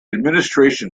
administration